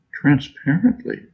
Transparently